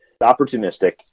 opportunistic